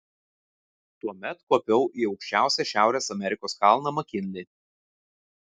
tuomet kopiau į aukščiausią šiaurės amerikos kalną makinlį